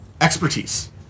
expertise